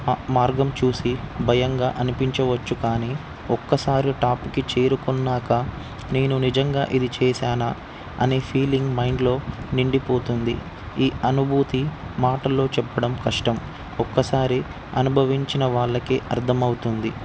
మార్గం చూసి భయంగా అనిపించవచ్చు కానీ ఒక్కసారి టాప్కి చేరుకున్నాక నేను నిజంగా ఇది చేశానా అనే ఫీలింగ్ మైండ్లో నిండిపోతుంది ఈ అనుభూతి మాటల్లో చెప్పడం కష్టం ఒక్కసారి అనుభవించిన వాళ్ళకి అర్థమవుతుంది